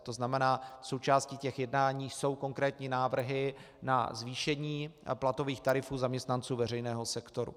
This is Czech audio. To znamená, součástí těch jednání jsou konkrétní návrhy na zvýšení platových tarifů zaměstnanců veřejného sektoru.